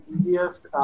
easiest